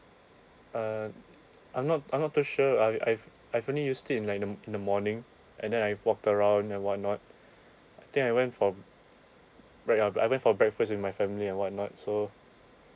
uh I'm not I'm not too sure I've I've I've only used it in like in the in the morning and then I've walked around and whatnot I think I went for break~ I went for breakfast with my family and whatnot so